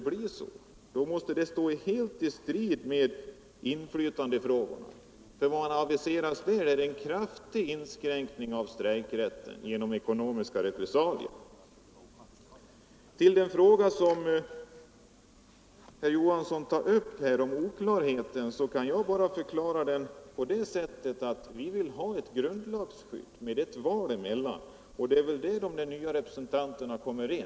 Det skulle i så fall stå helt i strid med inflytandefrågan, ty vad man aviserar där är en kraftig inskränkning av strejkrätten genom ekonomiska repressalier. Herr Johansson i Trollhättan talar om ”oklarhet” , och jag kan bara förklara vårt ställningstagande på det sättet att vi vill ha ett grundlagsskydd, dvs. beslut med val emellan. Det är där de nya representanterna kommer in.